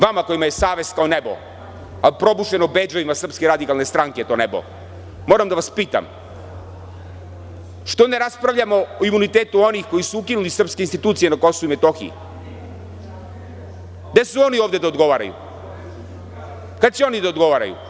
Vama kojima je savest kao nebo, ali probušeno bedževima SRS, moram da vas pitam – što ne raspravljamo o imunitetu onih koji su ukinuli srpske institucije na Kosovu i Metohiji, gde su oni ovde da odgovaraju, kad će oni da odgovaraju.